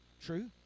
True